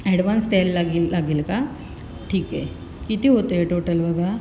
advance द्यायला लागेल लागेल का ठीक आहे किती होत आहे टोटल बघा